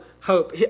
hope